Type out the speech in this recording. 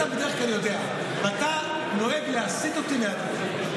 אתה בדרך כלל יודע, ואתה נוהג להסיט אותי מהדיון.